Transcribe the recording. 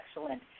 excellent